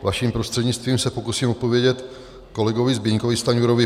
Vaším prostřednictvím se pokusím odpovědět kolegovi Zbyňkovi Stanjurovi.